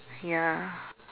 ya